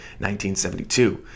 1972